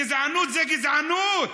גזענות זה גזענות.